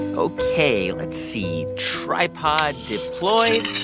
ok, let's see tripod deployed,